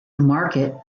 market